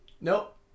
Nope